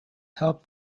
helped